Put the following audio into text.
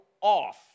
off